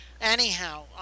Anyhow